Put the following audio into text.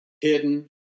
hidden